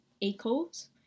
equals